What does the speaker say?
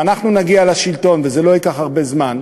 כשאנחנו נגיע לשלטון, וזה לא ייקח הרבה זמן,